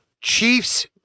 Chiefs